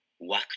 work